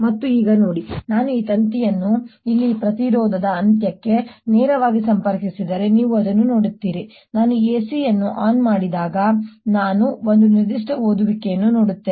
ಮತ್ತು ಈಗ ನೋಡಿ ನಾನು ಈ ತಂತಿಯನ್ನು ಇಲ್ಲಿ ಈ ಪ್ರತಿರೋಧದ ಅಂತ್ಯಕ್ಕೆ ನೇರವಾಗಿ ಸಂಪರ್ಕಿಸಿದರೆ ನೀವು ಅದನ್ನು ನೋಡುತ್ತೀರಿ ನಾನು AC ಅನ್ನು ಆನ್ ಮಾಡಿದಾಗ ನಾನು ಒಂದು ನಿರ್ದಿಷ್ಟ ಓದುವಿಕೆಯನ್ನು ನೋಡುತ್ತೇನೆ